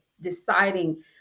deciding